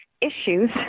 issues